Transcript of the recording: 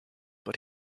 but